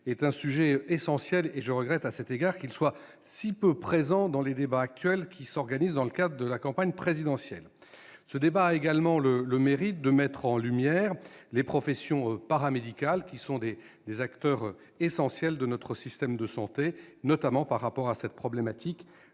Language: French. désertification médicale. Je regrette à cet égard que celle-ci soit si peu présente dans les débats qui se déroulent actuellement dans le cadre de la campagne présidentielle. Ce débat a également le mérite de mettre en lumière les professions paramédicales, qui sont des acteurs essentiels de notre système de santé, notamment par rapport à cette problématique,